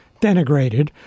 denigrated